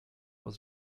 was